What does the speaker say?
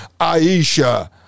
Aisha